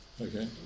okay